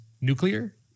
nuclear